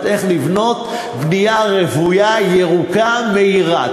איך לבנות בנייה רוויה ירוקה מהירה.